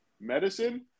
medicine